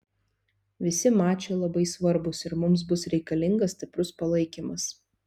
visi mačai labai svarbūs ir mums bus reikalingas stiprus palaikymas